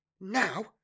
Now